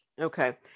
Okay